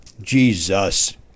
Jesus